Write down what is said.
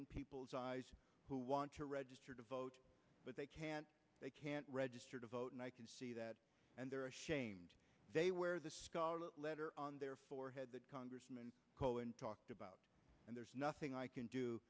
in people's eyes who want to register to vote but they can't they can't register to vote and i can see that and they're ashamed they wear the scarlet letter on their forehead that congressman cohen talked about and there's nothing i can do